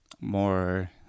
more